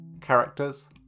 Characters